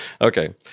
Okay